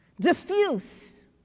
diffuse